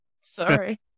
Sorry